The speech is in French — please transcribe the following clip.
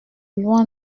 loi